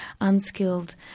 unskilled